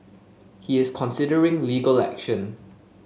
he is considering legal action